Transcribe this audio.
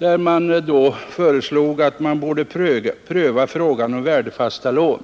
innebärande att man borde göra ett försök med värdefasta lån.